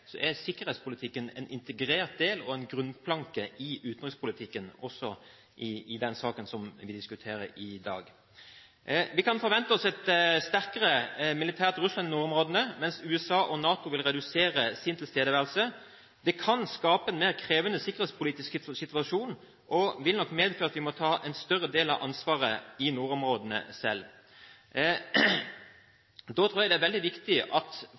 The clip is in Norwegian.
er sikkerhetspolitikken en integrert del og en grunnplanke i utenrikspolitikken, og derfor også en viktig del av den saken som vi diskuterer i dag. Vi kan forvente oss et sterkere militært Russland i nordområdene, mens USA og NATO vil redusere sin tilstedeværelse. Dette kan skape en mer krevende sikkerhetspolitisk situasjon og vil nok medføre at vi må ta en større del av ansvaret i nordområdene selv. Da tror jeg det er viktig at